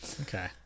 Okay